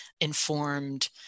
informed